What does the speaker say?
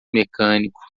mecânico